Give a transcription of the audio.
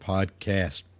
Podcast